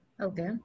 Okay